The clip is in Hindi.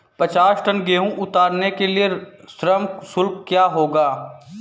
पचास टन गेहूँ उतारने के लिए श्रम शुल्क क्या होगा?